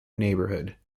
neighborhood